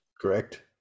Correct